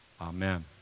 Amen